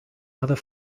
other